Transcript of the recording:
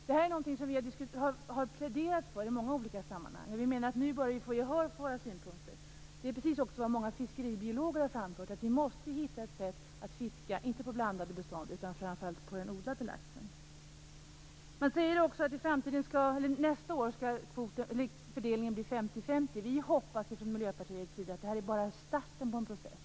Detta är något som vi har pläderat för i många olika sammanhang. Nu börjar vi få gehör för våra synpunkter. Detta är också vad många fiskeribiologer har framfört, att vi måste hitta ett sätt att fiska framför allt den odlade laxen, i stället för på blandade bestånd. Det sägs också att fördelningen nästa år skall bli 50/50. Vi hoppas från Miljöpartiets sida att detta bara är starten på en process.